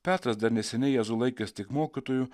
petras dar neseniai jėzų laikęs tik mokytoju